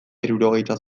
hirurogeita